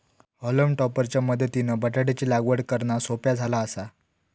हॉलम टॉपर च्या मदतीनं बटाटयाची लागवड करना सोप्या झाला आसा